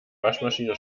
waschmaschine